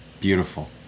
Beautiful